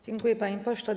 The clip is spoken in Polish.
Dziękuję, panie pośle.